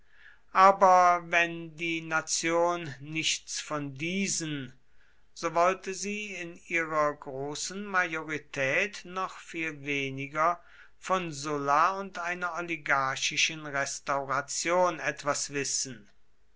aber wenn die nation nichts von diesen so wollte sie in ihrer großen majorität noch viel weniger von sulla und einer oligarchischen restauration etwas wissen